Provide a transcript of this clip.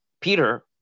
Peter